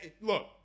look